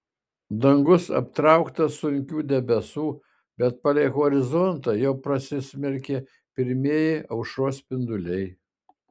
dangus aptrauktas sunkių debesų bet palei horizontą jau prasismelkė pirmieji aušros spinduliai